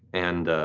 and